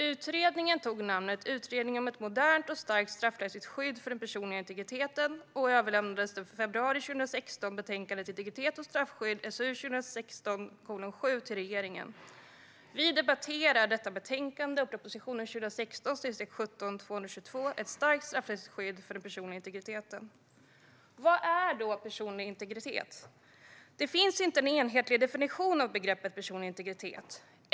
Utredningen tog namnet Utredningen om ett modernt och starkt straffrättsligt skydd för den personliga integriteten och överlämnade i februari 2016 betänkandet Integritet och straffskydd till regeringen. Vi debatterar detta och utskottets betänkande och propositionen 2016/17:222 Ett starkt straffrättsligt skydd för den personliga integriteten . Vad är då personlig integritet? Det finns inte en enhetlig definition av begreppet personlig integritet.